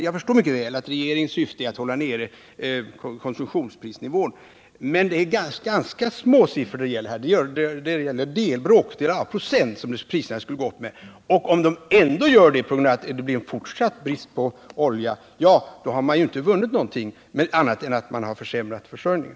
Jag förstår mycket väl att regeringens syfte är att hålla konsumtionsnivån nere, men det är ganska små siffror som priset skulle höjas med, bråkdelar av "u, och om de ändå skulle höjas, på grund av att det blir en fortsatt brist på olja, har man inte vunnit något annat än att man har försämrat försörjningen.